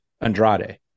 Andrade